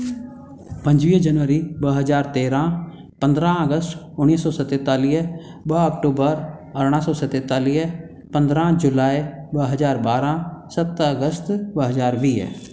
पंजवीह जनवरी ॿ हज़ार तेरहं पंद्रहं अगस्त उणिवीह सौ सतेतालीह ॿ अक्टूबर अरड़ाहं सौ सतेतालीह पंद्रहं जुलाई ॿ हज़ार बारहं सत अगस्त ॿ हज़ार वीह